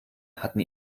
hatten